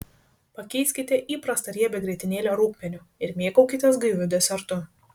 pakeiskite įprastą riebią grietinėlę rūgpieniu ir mėgaukitės gaiviu desertu